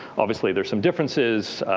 obviously there's some differences.